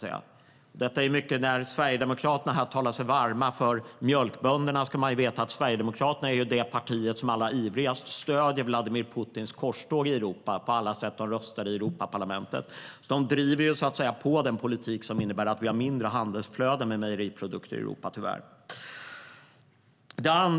När Sverigedemokraterna här talar sig varma för mjölkbönderna ska man veta att Sverigedemokraterna är det parti som allra ivrigast stöder Vladimir Putins korståg i Europa på alla sätt de röstat i Europaparlamentet. De driver på den politik som tyvärr innebär att vi har mindre handelsflöde med mejeriprodukter i Europa.Herr talman!